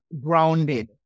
grounded